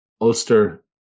Ulster